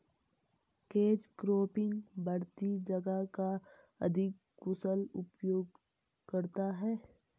catch cropping बढ़ती जगह का अधिक कुशल उपयोग करता है